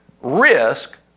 risk